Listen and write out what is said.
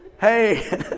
Hey